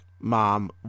Mom